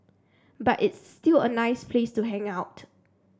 but it's still a nice place to hang out